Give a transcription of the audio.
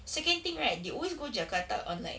second thing right they always go jakarta on like